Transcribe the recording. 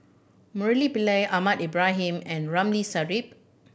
Murali Pillai Ahmad Ibrahim and Ramli Sarip